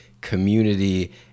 community